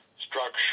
structure